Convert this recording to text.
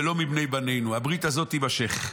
ולא מבני בנינו" הברית הזאת תימשך.